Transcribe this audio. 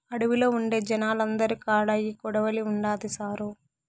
అడవిలో ఉండే జనాలందరి కాడా ఈ కొడవలి ఉండాది సారూ